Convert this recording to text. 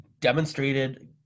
demonstrated